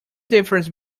difference